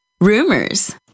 rumors